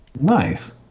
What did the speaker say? Nice